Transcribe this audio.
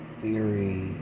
theory